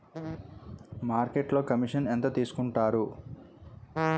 మార్కెట్లో కమిషన్ ఎంత తీసుకొంటారు?